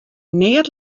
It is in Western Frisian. neat